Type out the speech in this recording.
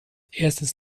erstes